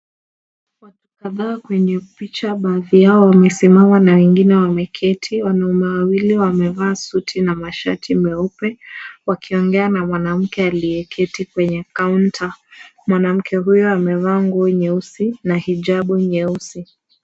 Watu kadhaa kwenye picha. Baadhi yao wamesimama na wengine wameketi. Wanaume wawili wamevaa suti na mashati meupe wakiongea na mwanamke aliyeketi kwenye counter . Mwanamke huyo amevaa nguo nyeusi na hijabu nyeusi.